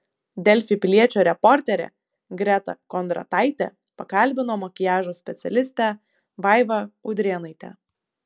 delfi piliečio reporterė greta kondrataitė pakalbino makiažo specialistę vaivą udrėnaitę